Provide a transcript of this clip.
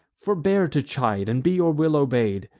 forbear to chide, and be your will obey'd!